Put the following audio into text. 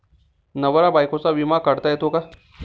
नवरा बायकोचा विमा काढता येतो का?